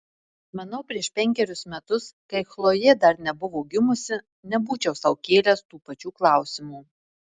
manau prieš penkerius metus kai chlojė dar nebuvo gimusi nebūčiau sau kėlęs tų pačių klausimų